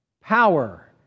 Power